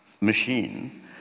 machine